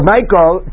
Michael